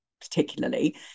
particularly